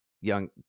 young